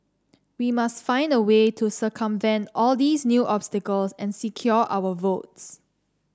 we must find a way to circumvent all these new obstacles and secure our votes